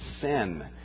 sin